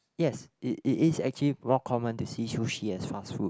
yes it it is actually more common to see sushi as fast food